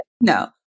no